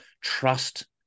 trust